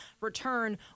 return